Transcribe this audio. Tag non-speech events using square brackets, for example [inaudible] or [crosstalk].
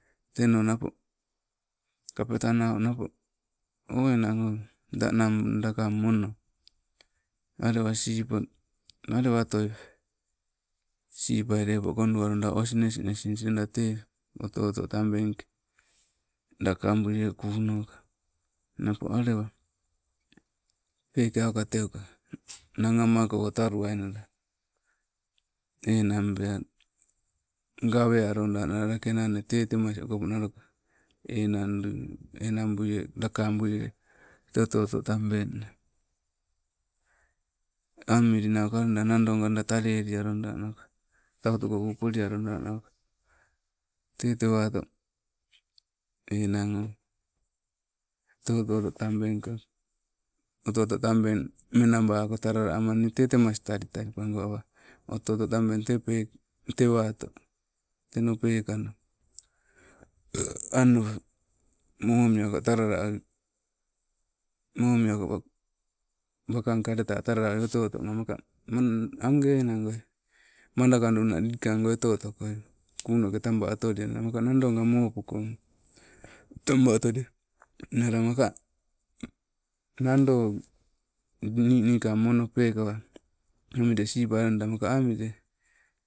Teno napo, kapetanau napo o enang o, da nammee dakang mono alewa sipa, alewa oto sipai lepo kadu walodo os nes nesnis loida te, oto- oto tabeng ke, lakabuie kuoka. Napo alewa peeke auka teuka, nang amako ota luwainala, enang bea gawe alodanala lake nanne te temas okopo natoka, enandu enangbuiee lakabuie, te oto- oto tabeng eh, ami nauka loida nado loida tale li aloda nauka. Tautoko polia aloda nauka, te tewato enang o, oto- oto ule tabeng ko. Oto oto tabengg menabako talala ama nii te, te tema tali- tali pago awa, oto oto tabeng te pe tewato, teno pekano, [noise] ano momiaka talala, momiako wa wakang kaleta talala oto- oto maka mo, age enangoi madakaduna likang goi oto oto koi kunoke taba oto liana, maka nado nga mopoko taba otolia, nala maka nado ni nikang mono pekawa ami loida sipa loida maka ami lie